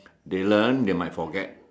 they learn they might forget